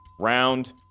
Round